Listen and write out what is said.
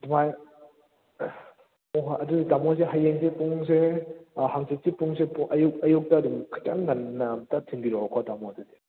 ꯑꯗꯨꯃꯥꯏꯅ ꯍꯣꯏ ꯍꯣꯏ ꯑꯗꯨꯗꯤ ꯇꯥꯃꯣꯁꯦ ꯍꯌꯦꯡꯁꯦ ꯄꯨꯡꯁꯦ ꯍꯪꯆꯤꯠꯀꯤ ꯄꯨꯡꯁꯦ ꯑꯌꯨꯛ ꯑꯌꯨꯛꯇ ꯑꯗꯨꯝ ꯈꯤꯇꯪ ꯉꯟꯅ ꯑꯃꯇ ꯊꯤꯟꯕꯤꯔꯛꯑꯣꯀꯣ ꯇꯥꯃꯣ ꯑꯗꯨꯗꯤ